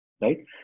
right